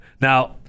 Now